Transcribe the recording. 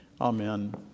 Amen